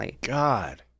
God